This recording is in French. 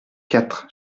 quatre